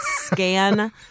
scan